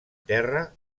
terra